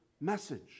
message